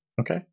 Okay